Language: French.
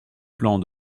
plan